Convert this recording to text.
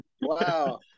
wow